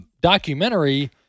documentary